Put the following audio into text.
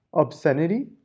obscenity